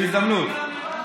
בהזדמנות.